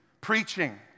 preaching